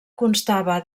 constava